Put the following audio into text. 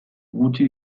gutxi